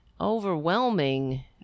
overwhelming